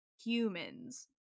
humans